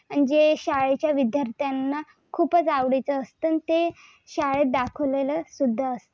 आणि जे शाळेच्या विद्यार्थ्यांना खूपच आवडीचं असतं आणि ते शाळेत दाखवलेलंसुद्धा असतं